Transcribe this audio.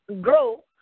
grow